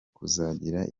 kuzagira